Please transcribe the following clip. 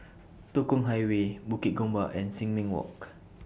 Tekong Highway Bukit Gombak and Sin Ming Walk